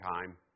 time